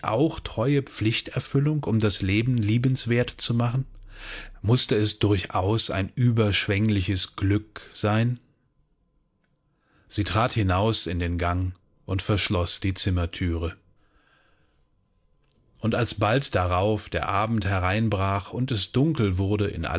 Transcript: treue pflichterfüllung um das leben liebenswert zu machen mußte es durchaus ein überschwengliches glück sein sie trat hinaus in den gang und verschloß die zimmerthüre und als bald darauf der abend hereinbrach und es dunkel wurde in